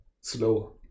slow